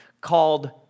called